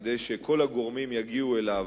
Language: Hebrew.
כדי שכל הגורמים יגיעו אליו,